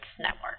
Network